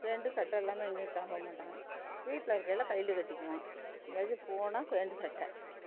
pant சட்டை இல்லாமல் எங்கேயும் கிளம்ப மாட்டான் வீட்டில் இருக்கையில கைலி கட்டிக்குவான் எங்கேயாச்சும் போனால் பேண்ட்டு சட்டை